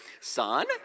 Son